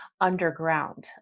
underground